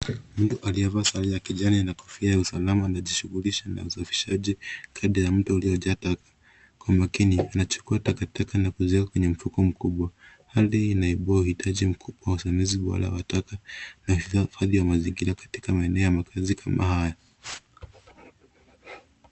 Mtu aliyevaa sare ya kijani na kofia ya usalama anajishughulisha na usafishaji kando ya mto ulio jaa taka. Kwa makini anachukua takataka na kuziweka kwenye mfuko mkubwa hali hii inaibua uhitaji mkubwa wa usimamizi bora wa taka na hifadhi ya mazingira katika maeneo ya makazi kama haya.